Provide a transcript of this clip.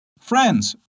Friends